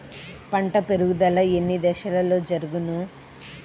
పంట పెరుగుదల ఎన్ని దశలలో జరుగును?